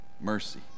mercy